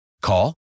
Call